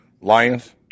Lions